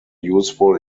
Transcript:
useful